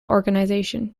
organisation